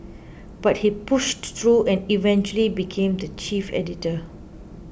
but he pushed through and eventually became the chief editor